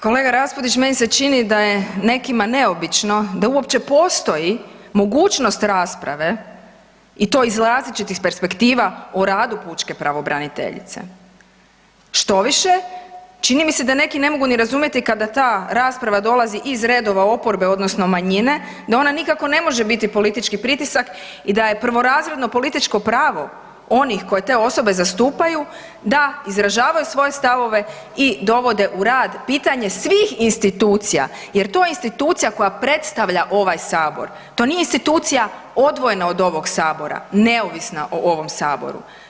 Kolega Raspudić meni se čini da je nekima neobično da uopće postoji mogućnost rasprave i to iz različitih perspektiva o radu pučke pravobraniteljice, štoviše čini mi se da neki ne mogu ni razumjeti kada ta rasprava dolazi iz redova oporbe odnosno manjine da ona nikako ne može biti politički pritisak i da je prvorazredno političko pravo onih koji te osobe zastupaju da izražavaju svoje stavove i dovode u rad pitanje svih institucija jer to je institucija koja predstavlja ovaj Sabor, to nije institucija odvojena od ovog Sabora, neovisna o ovom Saboru.